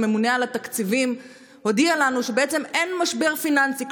הממונה על התקציבים הודיע לנו שבעצם אין משבר פיננסי,